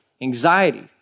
anxiety